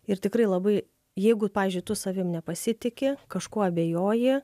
ir tikrai labai jeigu pavyzdžiui tu savim nepasitiki kažkuo abejoji